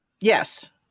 Yes